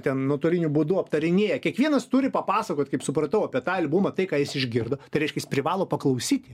ten nuotoliniu būdu aptarinėja kiekvienas turi papasakot kaip supratau apie tą albumą tai ką jis išgirdo tai reiškias privalo paklausyt